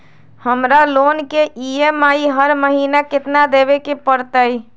हमरा लोन के ई.एम.आई हर महिना केतना देबे के परतई?